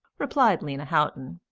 replied lena houghton.